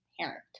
parent